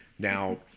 Now